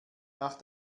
nach